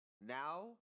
Now